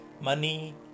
money